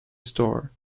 store